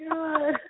God